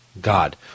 God